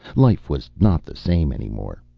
life was not the same, anymore.